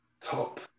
top